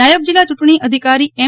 નાયબ જીલ્લા ચુંટણી અધિકારી એમ